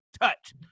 touch